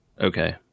Okay